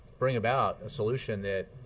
bring about a solution that